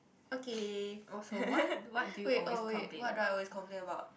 okay wait oh wait what do I always complain about